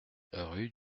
rue